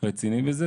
רציני בזה.